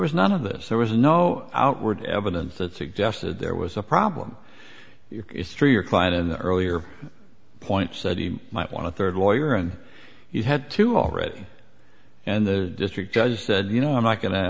was none of this there was no outward evidence that suggested there was a problem it's true your client in the earlier point said he might want to third lawyer and he had to already and the district judge said you know i'm not going to